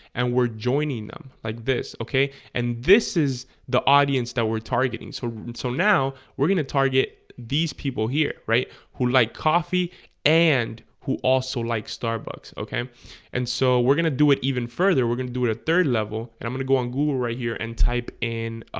and we're joining them like this okay? and this is the audience that we're targeting so so now we're gonna target these people here right who like coffee and who also like starbucks ok and so we're gonna do it even further we're gonna do it a third level and i'm gonna go on google right here and type in